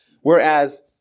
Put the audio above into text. whereas